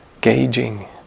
gauging